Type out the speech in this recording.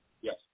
Yes